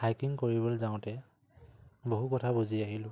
hiking কৰিবলৈ যাওঁতে বহু কথা বুজি আহিলোঁ